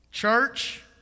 Church